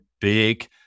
big